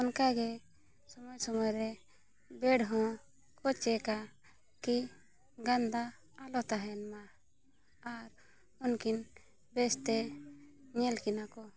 ᱚᱱᱠᱟ ᱜᱮ ᱥᱳᱢᱳᱭ ᱥᱳᱢᱚᱭ ᱨᱮ ᱵᱮᱰ ᱦᱚᱸᱠᱚ ᱪᱮᱠᱟ ᱠᱤ ᱜᱟᱱᱫᱟ ᱟᱞᱚ ᱛᱟᱦᱮᱱ ᱢᱟ ᱟᱨ ᱩᱱᱠᱤᱱ ᱵᱮᱥᱛᱮ ᱧᱮᱞ ᱠᱤᱱᱟᱹ ᱠᱚ